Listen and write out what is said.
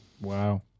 Wow